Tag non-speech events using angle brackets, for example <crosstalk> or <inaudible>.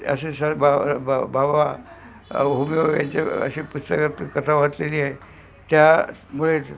<unintelligible> यांचे अशी पुस्तकात कथा वाचलेली आहे त्यामुळेच